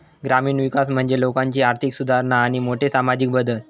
ग्रामीण विकास म्हणजे लोकांची आर्थिक सुधारणा आणि मोठे सामाजिक बदल